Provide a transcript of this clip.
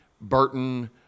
Burton